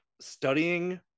studying